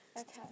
Okay